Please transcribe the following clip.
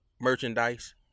merchandise